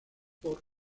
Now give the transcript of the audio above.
por